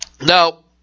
Now